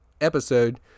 episode